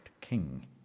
king